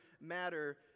matter